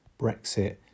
Brexit